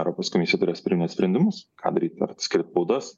europos komisija turės priiminėt sprendimus ką daryt ar skirt baudas